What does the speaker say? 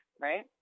right